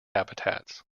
habitats